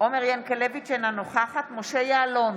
עומר ינקלביץ' אינה נוכחת משה יעלון,